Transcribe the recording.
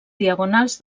diagonals